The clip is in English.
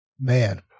Man